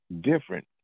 different